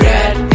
Red